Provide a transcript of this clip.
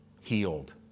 healed